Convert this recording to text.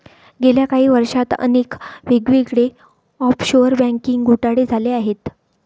गेल्या काही वर्षांत अनेक वेगवेगळे ऑफशोअर बँकिंग घोटाळे झाले आहेत